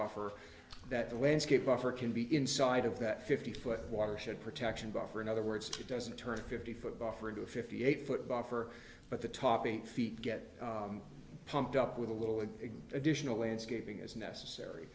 buffer that the landscape buffer can be inside of that fifty foot watershed protection buffer in other words it doesn't turn a fifty foot buffer into a fifty eight foot buffer but the top eight feet get pumped up with a little additional landscaping is necessary